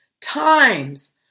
times